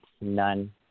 None